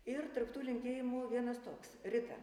ir tarp tų linkėjimų vienas toks rita